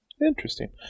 Interesting